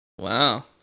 Wow